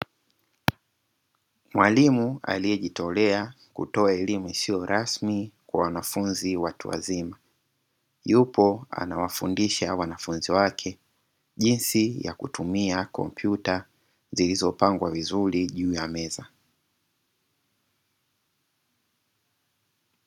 Mwalimu aliyejitolea kutoa elimu isiyo rasmi kwa wanafunzi watu wazima. Yupo anawafundisha wanafunzi wake jinsi ya kutumia kompyuta zilizopangwa vizuri juu ya meza.